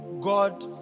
God